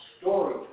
story